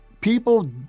People